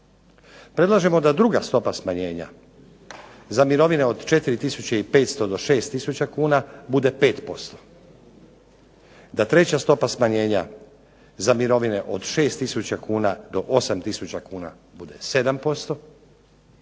Predlažemo da druga stopa smanjenja za mirovine od 4500 do 6000 kuna bude 5%, da treća stopa smanjenja za mirovine od 6000 kuna do 8000 kuna bude 7%,